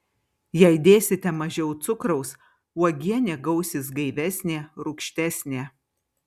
jei dėsite mažiau cukraus uogienė gausis gaivesnė rūgštesnė